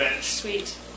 Sweet